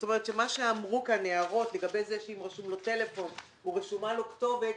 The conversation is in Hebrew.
זאת אומרת שמה שהעירו כאן לגבי זה שאם רשום לו טלפון או רשומה לו כתובת,